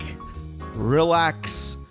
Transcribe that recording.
relax